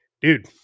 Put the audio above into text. dude